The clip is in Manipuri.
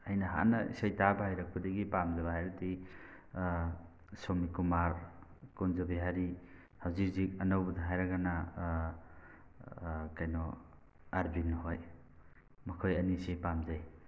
ꯑꯩꯅ ꯍꯥꯟꯅ ꯏꯁꯩ ꯇꯥꯕ ꯍꯩꯔꯛꯄꯗꯒꯤ ꯄꯥꯝꯖꯕ ꯍꯥꯏꯔꯗꯤ ꯁ꯭ꯋꯥꯃꯤꯀꯨꯃꯥꯔ ꯀꯨꯟꯖꯕꯤꯍꯥꯔꯤ ꯍꯧꯖꯤꯛ ꯍꯧꯖꯤꯛ ꯑꯅꯧꯕꯗ ꯍꯥꯏꯔꯒꯅ ꯀꯩꯅꯣ ꯑꯥꯔꯕꯤꯟ ꯍꯣꯏ ꯃꯈꯣꯏ ꯑꯅꯤꯁꯤ ꯄꯥꯝꯖꯩ